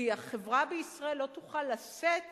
כי החברה בישראל לא תוכל לשאת